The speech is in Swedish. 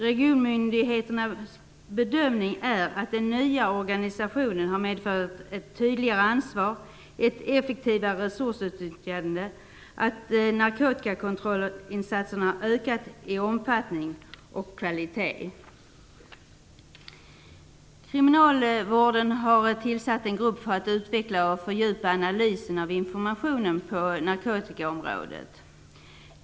Regionmyndigheternas bedömning är att den nya organisationen har medfört ett tydligare ansvar och ett effektivare resursutnyttjande och att narkotikakontrollinsatserna har ökat i fråga om omfattning och kvalitet. Kriminalvården har tillsatt en grupp för att utveckla och fördjupa analysen av informationen på narkotikaområdet.